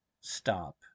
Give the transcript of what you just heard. stop